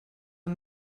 amb